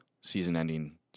season-ending